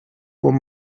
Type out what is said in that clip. were